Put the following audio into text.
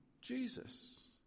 Jesus